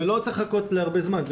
ולא צריך לחכות הרבה זמן,